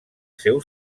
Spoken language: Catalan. seu